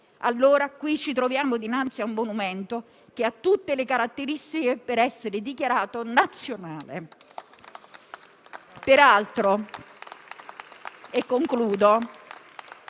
allora qui ci troviamo dinanzi a un monumento che ha tutte le caratteristiche per essere dichiarato nazionale.